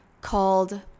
called